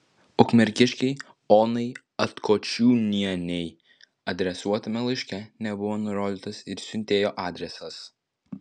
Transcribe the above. ukmergiškei onai atkočiūnienei adresuotame laiške nebuvo nurodytas ir siuntėjo adresas